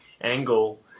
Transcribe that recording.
angle